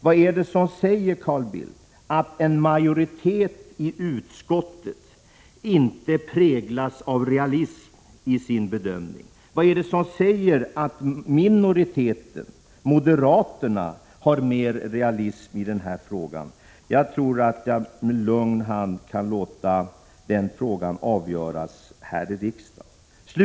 Vad är det som säger, Carl Bildt, att en majoritet i utskottet inte präglas av realism i sin bedömning? Vad är det som säger att minoriteten, moderaterna, är mer realistisk i denna fråga? Jag tror att jag lugnt kan låta den frågan avgöras här i riksdagen. Prot.